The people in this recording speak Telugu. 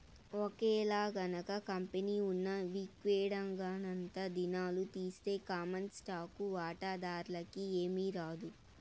ఒకేలగనక కంపెనీ ఉన్న విక్వడేంగనంతా దినాలు తీస్తె కామన్ స్టాకు వాటాదార్లకి ఏమీరాదు